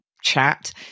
chat